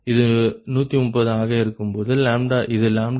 இது 130 ஆக இருக்கும்போது இது λ78